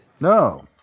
No